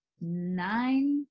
nine